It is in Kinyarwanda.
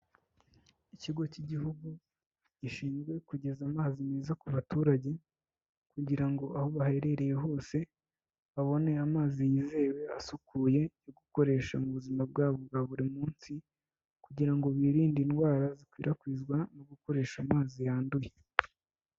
Ikigo cy'igihugu gishinzwe kugeza amazi meza ku baturage, kugira ngo aho baherereye hose babone amazi yizewe asukuye yo gukoresha mu buzima bwabo bwa buri munsi, kugira ngo birinde indwara zikwirakwizwa no gukoresha amazi yanduye.